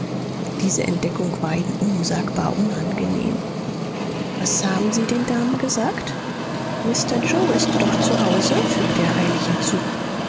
diese entdeckung war ihm unsagbar unangenehm was haben sie den damen gesagt mr yoe ist doch zu hause fügte er eilig hinzu